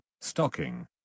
stocking